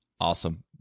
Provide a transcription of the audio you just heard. Awesome